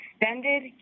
extended